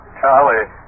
Charlie